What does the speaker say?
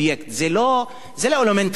זה לא אלמנט כימי,